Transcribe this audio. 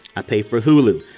i pay for hulu.